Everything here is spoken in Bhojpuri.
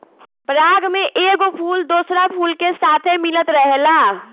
पराग में एगो फूल दोसरा फूल के साथे मिलत रहेला